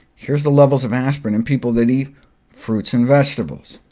here's the levels of aspirin in people that eat fruits and vegetables,